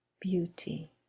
beauty